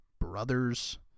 brothers